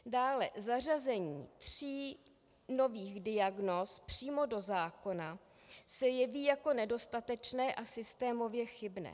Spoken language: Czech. Dále zařazení tří nových diagnóz přímo do zákona se jeví jako nedostatečné a systémově chybné.